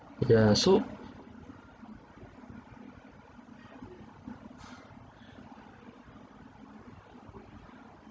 yeah so